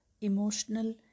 emotional